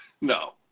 No